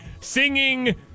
singing